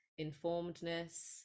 informedness